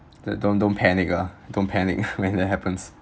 do~ don't don't panic ah don't panic when that happens